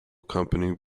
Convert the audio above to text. company